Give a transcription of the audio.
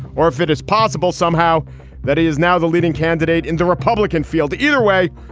or if it is possible somehow that he is now the leading candidate in the republican field? either way,